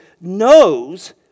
knows